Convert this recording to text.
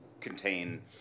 contain